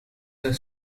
the